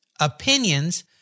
opinions